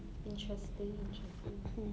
interesting interesting